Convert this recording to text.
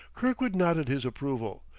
kirkwood nodded his approval,